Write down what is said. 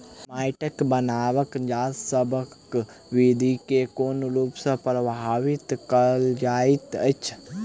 माइटक बनाबट गाछसबक बिरधि केँ कोन रूप सँ परभाबित करइत अछि?